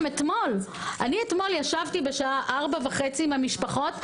אתמול ישבתי אתמול ב-16:30 עם המשפחות.